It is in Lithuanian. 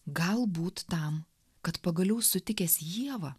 galbūt tam kad pagaliau sutikęs ievą